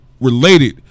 related